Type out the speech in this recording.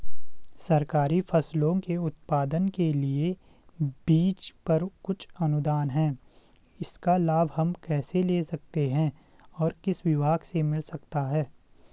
सरकारी फसलों के उत्पादन के लिए बीज पर कुछ अनुदान है इसका लाभ हम कैसे ले सकते हैं और किस विभाग से मिल सकता है?